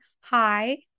hi